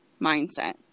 mindset